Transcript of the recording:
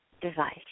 device